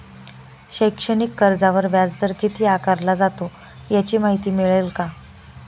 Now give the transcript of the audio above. शैक्षणिक कर्जावर व्याजदर किती आकारला जातो? याची माहिती मिळेल का?